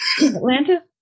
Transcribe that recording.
atlanta